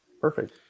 Perfect